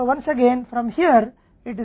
फिर चक्र फिर से शुरू होता है